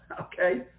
okay